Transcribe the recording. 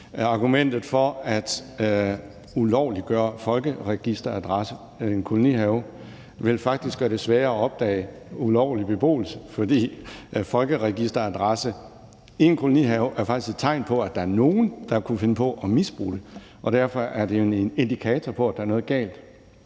Argumentet for at ulovliggøre folkeregisteradresse i en kolonihave vil faktisk gøre det sværere at opdage ulovlig beboelse, fordi folkeregisteradresse i en kolonihave faktisk er tegn på, at der nogen, der kunne finde på at misbruge det. Og derfor er det jo en indikator for, at der er noget galt.